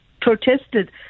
protested